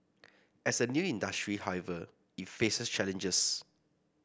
as a new industry however it faces challenges